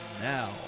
now